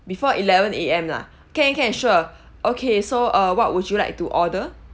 before eleven A_M lah can can sure okay so uh what would you like to order